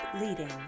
leading